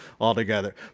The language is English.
altogether